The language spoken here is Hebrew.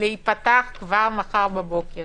להיפתח כבר מחר בבוקר.